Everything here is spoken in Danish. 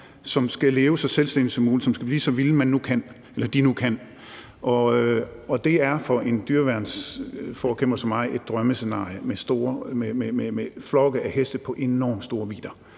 De skal leve så selvstændigt som muligt, og de skal blive så vilde, som de nu kan. Det er for en dyreværnsforkæmper som mig et drømmescenarie. Flokke af heste på enormt store vidder,